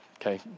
okay